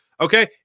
Okay